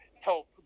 help